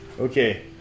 Okay